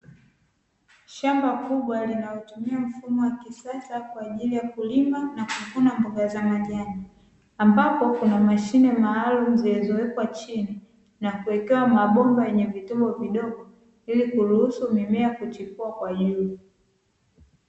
Shamba kubwa linalotumia mfumo wa kisasa kwa ajili ya kulima na kuvuna mboga za majani, ambapo kuna mashine maalumu zilizowekwa chini na kuwekewa mabomba yenye vitobo vidogo, ili kuruhusu mimea kuchipua kwa juu.